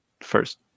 first